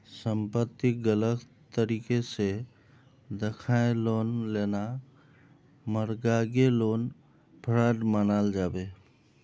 संपत्तिक गलत तरीके से दखाएँ लोन लेना मर्गागे लोन फ्रॉड मनाल जाबे